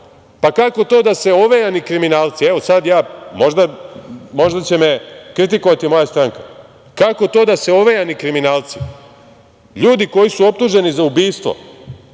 Pa, kako to da se ovejani kriminalci, evo, sad ja, možda će me kritikovati moja stranka, kako to da se ovejani kriminalci, ljudi koji su optuženi za ubistvo